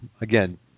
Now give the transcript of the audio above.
Again